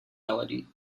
melody